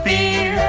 Beer